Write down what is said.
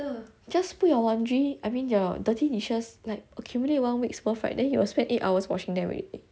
just put your laundry I mean your dirty dishes like accumulate one week's worth right then you will spend eight hours washing them already